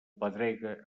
pedrega